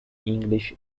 english